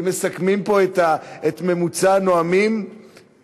אם מסכמים פה את ממוצע הנואמים,